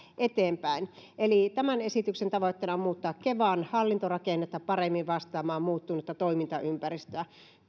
eteenpäin eli tämän esityksen tavoitteena on muuttaa kevan hallintorakennetta paremmin vastaamaan muuttunutta toimintaympäristöä